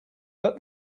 but